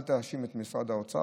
אל תאשים את משרד האוצר,